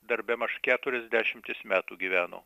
dar bemaž keturias dešimtis metų gyveno